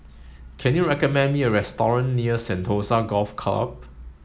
can you recommend me a near Sentosa Golf Club